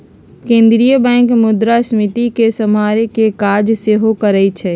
केंद्रीय बैंक मुद्रास्फीति के सम्हारे के काज सेहो करइ छइ